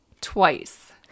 twice